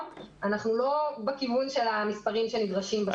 אנחנו לא בכיוון של המספרים שנדרשים בשטח.